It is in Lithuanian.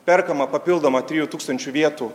perkama papildoma trijų tūkstančių vietų